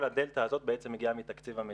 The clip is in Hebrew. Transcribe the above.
כל הדלתא הזאת בעצם מגיעה מתקציב המדינה.